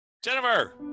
Jennifer